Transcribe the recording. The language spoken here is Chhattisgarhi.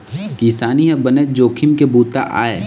किसानी ह बनेच जोखिम के बूता आय